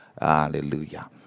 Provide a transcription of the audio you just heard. Hallelujah